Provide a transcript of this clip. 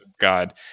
God